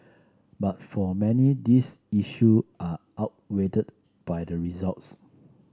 but for many these issue are outweighed by the results